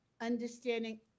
understanding